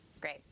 Great